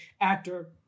actor